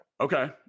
okay